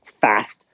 fast